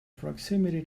proximity